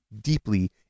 deeply